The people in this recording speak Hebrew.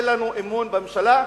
אין לנו אמון בממשלה,